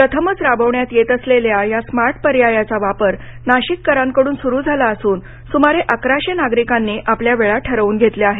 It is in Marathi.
प्रथमच राबविण्यात येत असलेल्या या स्मार्ट पयार्याचा वापर नाशिककरांकडून सुरू झाला असून सुमारे अकराशे नागरीकांनी आपल्या वेळा ठरवून घेतल्या आहेत